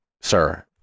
sir